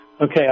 Okay